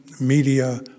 media